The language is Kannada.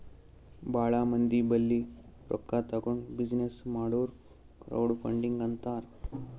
ಭಾಳ ಮಂದಿ ಬಲ್ಲಿ ರೊಕ್ಕಾ ತಗೊಂಡ್ ಬಿಸಿನ್ನೆಸ್ ಮಾಡುರ್ ಕ್ರೌಡ್ ಫಂಡಿಂಗ್ ಅಂತಾರ್